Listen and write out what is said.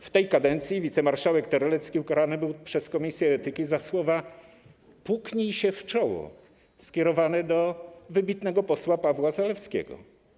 W tej kadencji wicemarszałek Terlecki został ukarany przez komisję etyki za słowa: puknij się w czoło skierowane do wybitnego posła Pawła Zalewskiego.